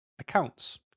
accounts